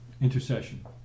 intercession